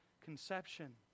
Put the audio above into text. conception